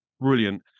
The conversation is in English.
brilliant